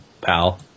pal